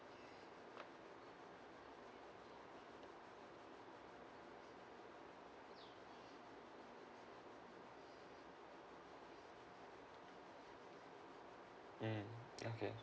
mm okay